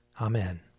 Amen